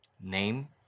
Name